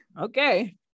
Okay